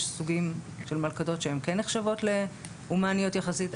יש סוגים של מלכודות שהן כן נחשבות להומניות יחסית.